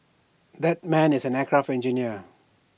that man is an aircraft engineer